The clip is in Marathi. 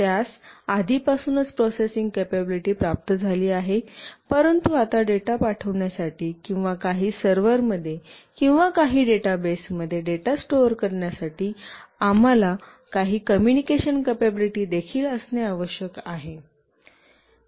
त्यास आधीपासूनच प्रोसेसिंग कपॅबिलिटी प्राप्त झाली आहे परंतु आता डेटा पाठविण्यासाठी किंवा काही सर्व्हरमध्ये किंवा काही डेटाबेसमध्ये डेटा स्टोर करण्यासाठी आम्हाला काही कम्युनिकेशन कपॅबिलिटी देखील आवश्यक आहे